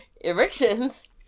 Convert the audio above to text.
erections